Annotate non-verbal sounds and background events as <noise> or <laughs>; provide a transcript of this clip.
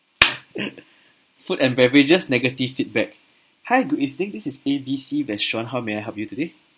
<laughs> food and beverages negative feedback hi good evening this is A B C restaurant how may I help you today